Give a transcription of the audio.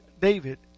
David